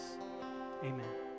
Amen